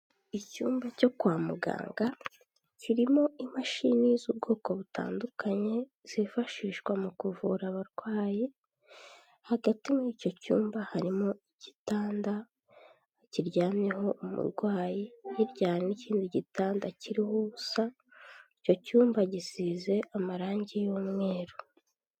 Icyumba cyo kwa muganga kirimo imashini z'ubwoko butandukanye zifashishwa mu kuvura abarwayi, hagati muri icyo cyumba harimo igitanda kiryamyeho umurwayi, hirya hari n'ikindi gitanda kiriho ubusa, icyo cyumba gisize amarangi y'umweru.